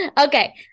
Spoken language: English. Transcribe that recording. Okay